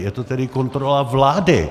Je to tedy kontrola vlády.